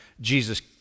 Jesus